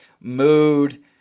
mood